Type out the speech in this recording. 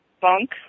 bunk